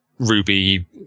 ruby